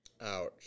Ouch